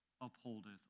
upholdeth